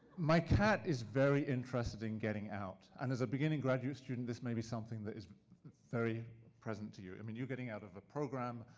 my cat is very interested in getting out. and as a beginning graduate student this may be something that is very present to you. i mean you're getting out of a program,